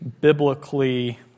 biblically